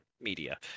media